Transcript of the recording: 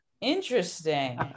Interesting